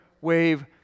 wave